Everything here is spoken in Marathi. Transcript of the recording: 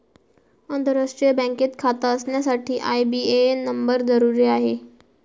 आंतरराष्ट्रीय बँकेत खाता असण्यासाठी आई.बी.ए.एन नंबर जरुरी आहे